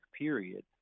period